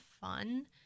fun